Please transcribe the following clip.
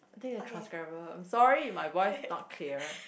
I think the transcriber I'm sorry if my voice is not clear